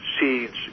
seeds